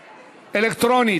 אלקטרונית.